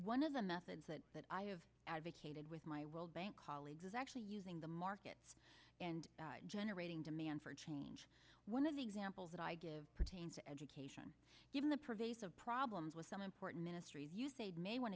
one of the methods that i have advocated with my world bank colleagues is actually using the market and generating demand for change one of the examples that i give pertains to education given the pervasive problems with some important ministries you may want